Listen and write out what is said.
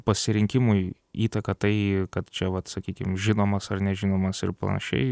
pasirinkimui įtaką tai kad čia vat sakykim žinomas ar nežinomas ir panašiai